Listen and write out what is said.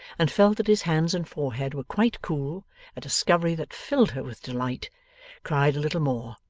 and felt that his hands and forehead were quite cool a discovery that filled her with delight cried a little more,